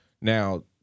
Now